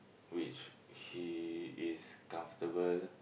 which he is comfortable